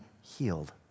healed